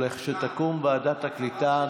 לא קיבלת בהבנה את דבריי, על ראש הממשלה.